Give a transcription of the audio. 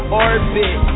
orbit